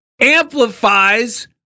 amplifies